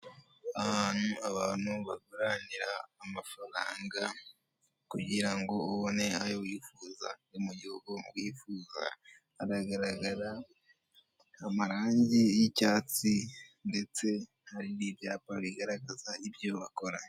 Ahantu abantu baguranira amafaranga kugira ngo ubone ayo wifuza yo mu gihugu wifuza. Haragaragara amarange y'icyatsi ndetse hari n'ibyapa bigaragaza ibyo bakora.